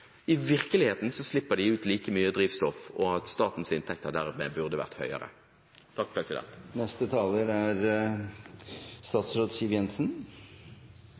slipper ut like mye drivstoff og statens inntekter dermed burde vært høyere. La meg begynne med å si at mitt inntrykk er